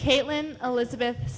caitlin elizabeth